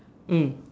mm